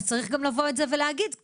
צריך להגיד את זה,